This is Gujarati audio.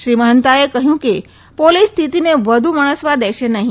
શ્રી મહાન્તાએ કહયું કે પોલીસ સ્થિતિને વધુ વણસવા દેશે નહી